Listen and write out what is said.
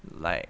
like